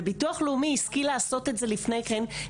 ביטוח לאומי השכיל לעשות את זה לפני כן,